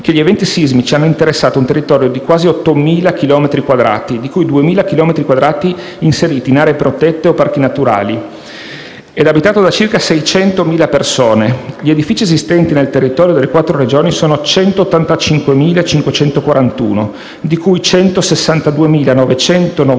che gli eventi sismici hanno interessato un territorio di quasi 8.000 chilometri quadrati, di cui 2.000 chilometri quadrati inseriti in aree protette o parchi naturali, ed abitato da circa 600.000 persone. Gli edifici esistenti nel territorio delle quattro Regioni sono 185.541, di cui 162.991